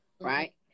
right